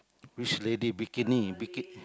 which lady bikini *biki~